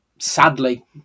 Sadly